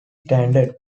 standard